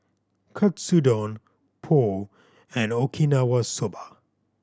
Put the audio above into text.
Katsudon Pho and Okinawa Soba